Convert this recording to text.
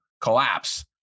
collapse